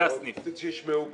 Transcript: שישמעו כולם.